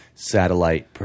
satellite